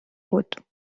بود